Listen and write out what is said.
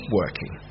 working